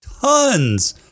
tons